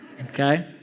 Okay